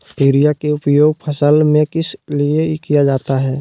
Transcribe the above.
Urea के उपयोग फसल में किस लिए किया जाता है?